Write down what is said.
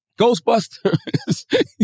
Ghostbusters